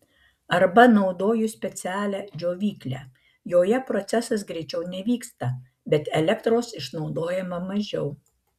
arba naudoju specialią džiovyklę joje procesas greičiau nevyksta bet elektros išnaudojama mažiau